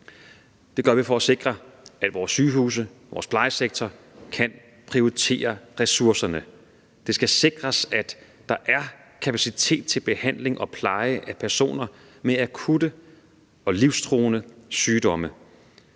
Det gør vi for at sikre, at vores sygehuse og vores plejesektor kan prioritere ressourcerne. Det skal sikres, at der er kapacitet til behandling og pleje af personer med akutte og livstruende sygdomme.